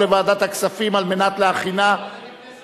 משיכה חד-פעמית של כספי תגמולים שהופקדו לתקופה של עשר שנים לפחות),